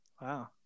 Wow